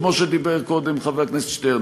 כמו שדיבר חבר הכנסת שטרן,